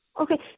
Okay